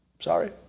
Sorry